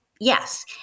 Yes